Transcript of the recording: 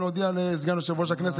לסגן יושב-ראש הכנסת,